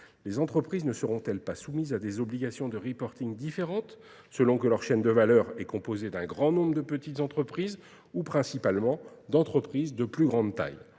les entreprises ne seront-elles pas soumises à des obligations de reporting différentes, selon que leur chaîne de valeur est composée d'un grand nombre de petites entreprises ou, principalement, d'entreprises de plus grande taille.